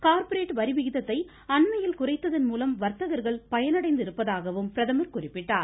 corporate வரி விகிதத்தை அண்மையில் குறைத்ததன் மூலம் வர்த்தகர்கள் பயனடைந்திருப்பதாக அவர் குறிப்பிட்டார்